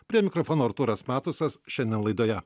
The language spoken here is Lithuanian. prie mikrofono artūras matusas šiandien laidoje